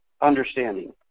understanding